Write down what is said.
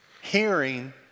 Hearing